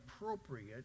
appropriate